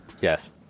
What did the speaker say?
yes